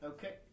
Okay